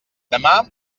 demà